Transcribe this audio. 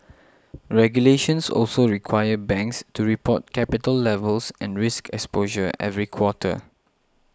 regulations also require banks to report capital levels and risk exposure every quarter